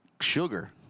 sugar